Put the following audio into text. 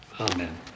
Amen